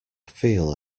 feel